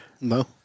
No